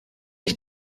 ich